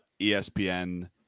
ESPN